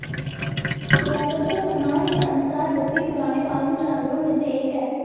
पुरातत्व प्रमाण के अनुसार बकरी पुराने पालतू जानवरों में से एक है